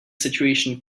situation